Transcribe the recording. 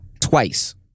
twice